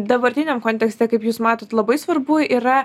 dabartiniam kontekste kaip jūs matot labai svarbu yra